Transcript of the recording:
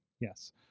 Yes